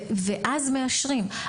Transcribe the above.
ואז מאשרים.